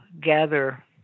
gather